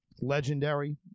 legendary